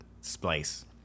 Splice